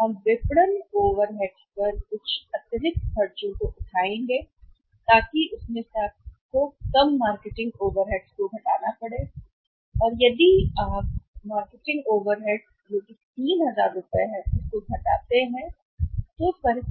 हम कर रहे हैं विपणन ओवरहेड्स पर कुछ अतिरिक्त खर्चों को उठाना है ताकि आपको इसे घटाना पड़े कम मार्केटिंग ओवरहेड्स और यदि आप मार्केटिंग ओवरहेड्स को घटाते हैं तो कितना 3000 रुपये